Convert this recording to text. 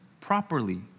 properly